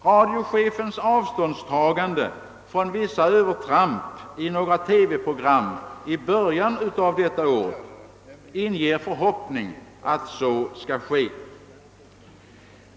Radiochefens avståndstagande från vissa övertramp i några TV-program i början av året inger förhoppning att så skall ske.